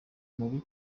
mubi